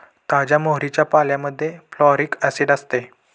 ताज्या मोहरीच्या पाल्यामध्ये फॉलिक ऍसिड असते